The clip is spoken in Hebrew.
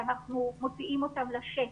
שאנחנו מוציאים אותם לשטח.